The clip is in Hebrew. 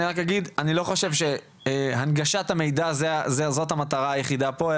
אני לא חושב שהנגשת המידע זאת המטרה היחידה פה,